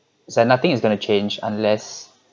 so nothing is going to change unless